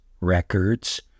records